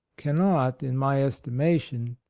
cannot, in my estimation,